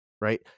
Right